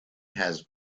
has